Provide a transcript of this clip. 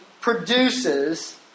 produces